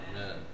Amen